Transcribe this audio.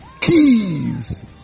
keys